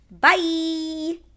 bye